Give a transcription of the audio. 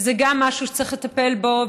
וגם זה משהו שצריך לטפל בו.